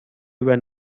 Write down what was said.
when